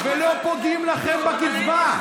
ולא פוגעים לכם בקצבה,